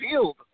field